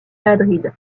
madrid